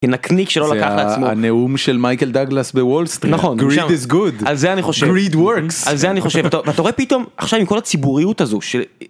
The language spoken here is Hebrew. א. הנקניק שלא לקח לעצמו. ב. זה הנאום של מייקל דגלס בוול סטריט, Greed is good... א. נכון. שם. ב. Greed works. א. על זה אני חושב ב. ואתה רואה פתאום עכשיו עם כל הציבוריות הזו ש...